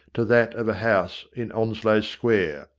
to that of a house in onslow square.